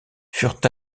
furent